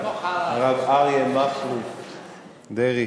הרב אריה מכלוף דרעי,